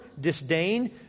disdain